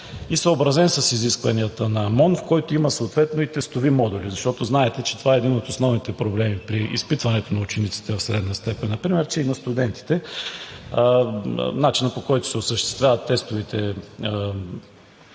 и съобразен с изискванията на МОН, в който има съответно и тестови модули? Защото знаете, че това е един от основните проблеми при изпитването на учениците в средна степен например, че и на студентите – начинът, по който се осъществяват тестовите и